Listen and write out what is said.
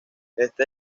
este